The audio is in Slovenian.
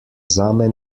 zame